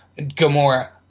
Gamora